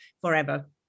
forever